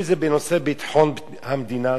אם זה בנושא ביטחון המדינה,